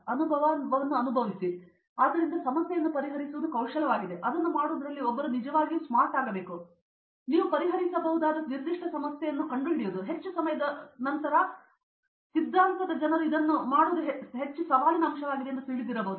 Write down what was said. ಅನುಭವವನ್ನು ಅನುಭವಿಸಿ ಆದ್ದರಿಂದ ಸಮಸ್ಯೆಯನ್ನು ಪರಿಹರಿಸುವುದು ಕೌಶಲವಾಗಿದೆ ಮತ್ತು ಅದನ್ನು ಮಾಡುವುದರಲ್ಲಿ ಒಬ್ಬರು ನಿಜವಾಗಿಯೂ ಸ್ಮಾರ್ಟ್ ಆಗಬೇಕು ಆದರೆ ನೀವು ಪರಿಹರಿಸಬಹುದಾದ ನಿರ್ದಿಷ್ಟ ಸಮಸ್ಯೆಯನ್ನು ಕಂಡುಹಿಡಿಯುವುದು ಮತ್ತು ಹೆಚ್ಚು ಸಮಯದ ಸಿದ್ಧಾಂತದ ಜನರು ಇದನ್ನು ಮಾಡುವುದು ಹೆಚ್ಚು ಸವಾಲಿನ ಅಂಶವಾಗಿದೆ ಎಂದು ನಿಮಗೆ ತಿಳಿದಿರಬಹುದು